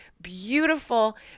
Beautiful